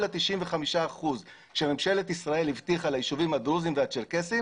95% שממשלת ישראל הבטיחה ליישובים הדרוזיים והצ'רקסיים